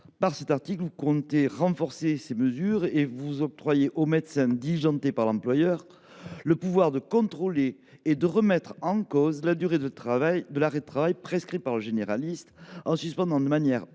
Avec cet article, vous entendez renforcer ces mesures : vous octroyez au médecin diligenté par l’employeur le pouvoir de contrôler et de remettre en cause la durée de l’arrêt de travail prescrit par le médecin généraliste ; vous suspendez de manière automatique